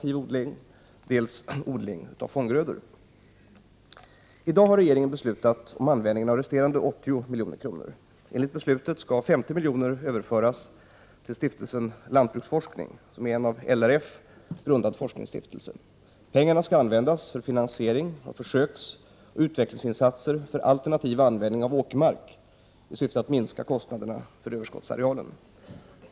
I dag har regeringen beslutat om användningen av resterande 80 milj.kr. Enligt beslutet skall 50 milj.kr. överföras till Stiftelsen Lantbruksforskning, som är en av LRF grundad forskningsstiftelse. Pengarna skall användas för finansiering av försöksoch utvecklingsinsatser för alternativ användning av åkermark i syfte att minska kostnaderna för överskottsarealen.